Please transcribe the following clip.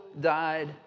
died